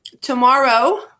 Tomorrow